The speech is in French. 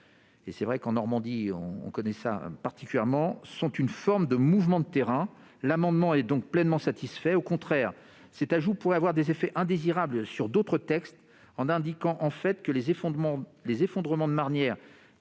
il est vrai qu'en Normandie ces phénomènes sont particulièrement présents - sont une forme de mouvement de terrain. Cet amendement est donc pleinement satisfait. Au contraire, cet ajout pourrait avoir des effets indésirables sur d'autres textes. Indiquer que les effondrements de marnières